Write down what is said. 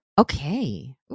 Okay